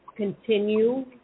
continue